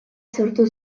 sortu